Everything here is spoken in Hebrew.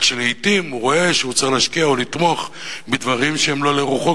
רק שלעתים הוא רואה שהוא צריך להשקיע או לתמוך בדברים שהם לא לרוחו,